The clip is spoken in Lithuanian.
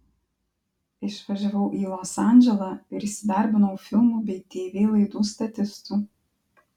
išvažiavau į los andželą ir įsidarbinau filmų bei tv laidų statistu